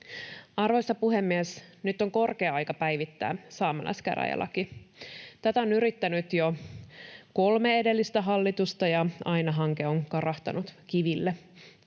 Arvoisa puhemies! Nyt on korkea aika päivittää saamelaiskäräjälaki. Tätä on yrittänyt jo kolme edellistä hallitusta, ja aina hanke on karahtanut kiville.